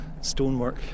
stonework